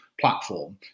platform